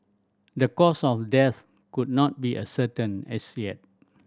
the cause of death could not be ascertained as yet